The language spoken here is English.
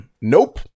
Nope